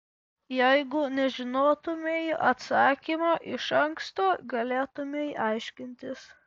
jeigu nežinotumei atsakymo iš anksto galėtumei aiškintis